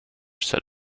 set